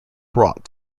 brought